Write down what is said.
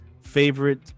favorite